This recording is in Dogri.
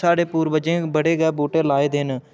साढ़े पूर्वजें बड़े गै बूह्टे लाए दे न